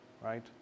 right